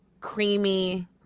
creamy